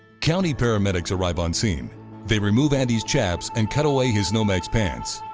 county paramedics arrive on scene they remove andy's chaps and cut away his nomex pants.